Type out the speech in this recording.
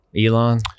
Elon